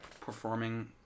performing